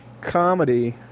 comedy